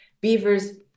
beavers